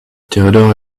theodore